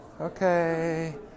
Okay